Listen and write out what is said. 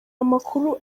amakuru